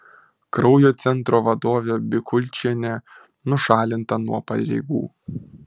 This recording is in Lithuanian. kraujo centro vadovė bikulčienė nušalinta nuo pareigų